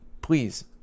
please